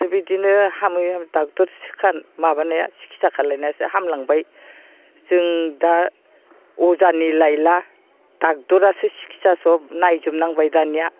दा बिदिनो हामै हामै डक्टर माबानाया सिकित्सा खालायनायासो हामलांबाय जों दा अजानि लायला डाक्टरासो सिकित्सा सब नायजोबनांबाय दानिया